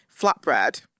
flatbread